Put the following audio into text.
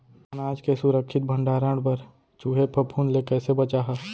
अनाज के सुरक्षित भण्डारण बर चूहे, फफूंद ले कैसे बचाहा?